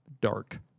dark